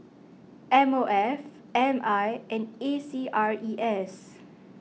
M O F M I and A C R E S